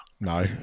no